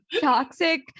Toxic